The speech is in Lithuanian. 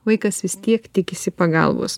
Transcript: vaikas vis tiek tikisi pagalbos